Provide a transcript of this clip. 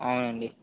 అవునండి